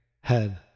head